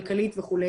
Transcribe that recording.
כלכלית וכו',